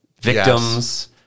victims